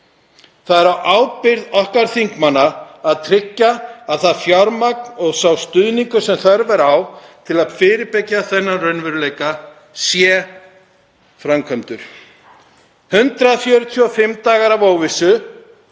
Það er á ábyrgð okkar þingmanna að tryggja að það fjármagn og sá stuðningur sem þörf er á til að fyrirbyggja þennan raunveruleika sé sýndur í verki. 145 dagar af óvissu,